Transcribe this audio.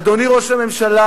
אדוני ראש הממשלה,